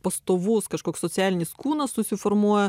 pastovus kažkoks socialinis kūnas susiformuoja